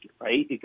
right